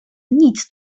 nic